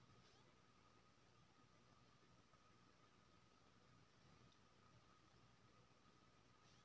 अनुभबी लोक क्रेडिट उपयोग केँ दस प्रतिशत रखबाक सलाह देते छै नीक क्रेडिट स्कोर लेल